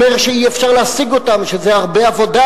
אומר שאי-אפשר להשיג אותם ושזה הרבה עבודה.